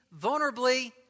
vulnerably